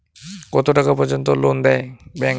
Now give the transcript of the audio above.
কত টাকা পর্যন্ত লোন দেয় ব্যাংক?